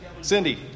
cindy